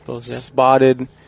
Spotted